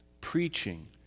preaching